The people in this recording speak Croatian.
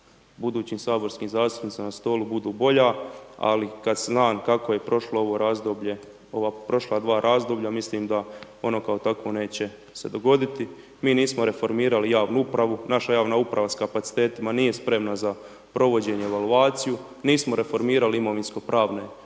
budućim saborskim zastupnicima na stolu budu bolja. Ali kad znam kako je prošlo ovo razdoblje, ova prošla dva razdoblja, mislim da ono kao takvo neće se dogoditi. Mi nismo reformirali javnu upravu, naša javna uprava sa kapacitetima nije spremna za provođenje i evaluaciju, nismo reformirali imovinsko pravne odnose